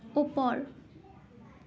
ওপৰ